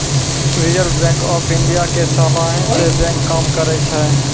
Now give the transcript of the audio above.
reserve bank of India के सलाहे से बैंक काम करै छै